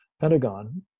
Pentagon